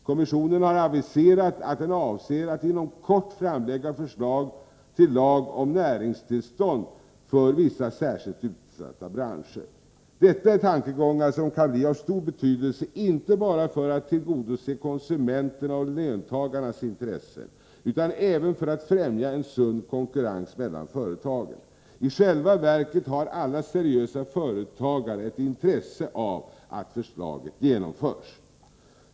Kommissionen har aviserat att den avser att inom kort framlägga förslag till lag om näringstillstånd för vissa särskilt utsatta branscher. Detta är tankegångar som kan bli av stor betydelse, inte bara för att tillgodose konsumenternas och löntagarnas intressen utan även för att främja en sund konkurrens mellan företagen. I själva verket har alla seriösa företagare ett intresse av att förslaget genomförs.